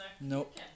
Nope